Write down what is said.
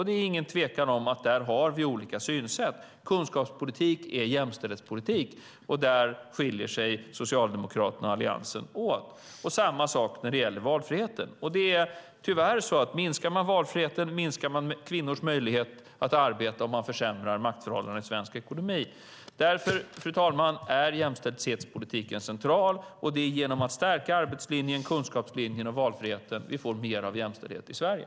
Det är ingen tvekan om att vi där har olika synsätt. Kunskapspolitik är jämställdhetspolitik, och där skiljer sig Socialdemokraterna och Alliansen åt. Samma sak gäller valfriheten. Om man minskar valfriheten minskar man, tyvärr, kvinnors möjlighet att arbeta och försämrar därmed maktförhållandena i svensk ekonomi. Därför, fru talman, är jämställdhetspolitiken central, och det är genom att stärka arbetslinjen, kunskapslinjen och valfriheten som vi får större jämställdhet i Sverige.